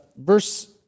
Verse